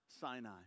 Sinai